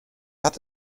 hat